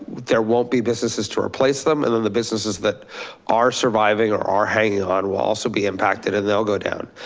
there won't be businesses to replace them. and then the businesses that are surviving or are hanging on will also be impacted and they'll go down.